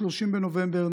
30 בנובמבר,